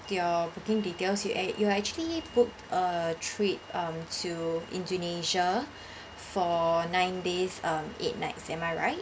your booking details you eh you are actually book a trip um to indonesia for nine days um eight nights is am I right